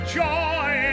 joy